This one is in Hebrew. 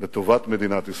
לטובת מדינת ישראל,